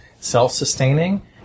self-sustaining